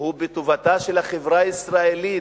הוא לטובתה של החברה הישראלית,